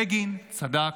בגין צדק,